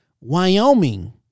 Wyoming